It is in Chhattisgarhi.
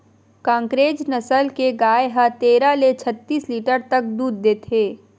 कांकरेज नसल के गाय ह तेरह ले छत्तीस लीटर तक दूद देथे